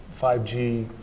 5G